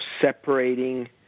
separating